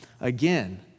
again